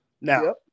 Now